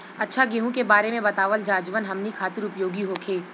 अच्छा गेहूँ के बारे में बतावल जाजवन हमनी ख़ातिर उपयोगी होखे?